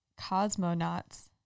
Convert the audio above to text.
cosmonauts